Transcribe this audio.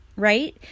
right